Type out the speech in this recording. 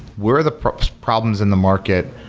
where are the problems problems in the market?